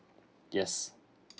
yes